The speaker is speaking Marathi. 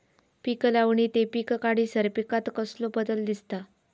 पीक लावणी ते पीक काढीसर पिकांत कसलो बदल दिसता?